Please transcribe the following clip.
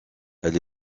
elle